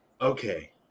Okay